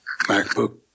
MacBook